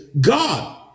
God